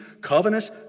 covenants